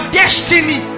destiny